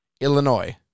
Illinois